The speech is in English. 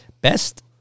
Best